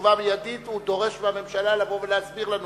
ותשובה מיידית, ודורש מהממשלה לבוא ולהסביר לנו